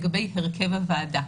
הרכב הוועדה.